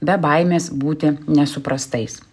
be baimės būti nesuprastais